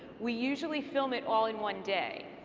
we usually film it all in one day.